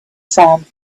sound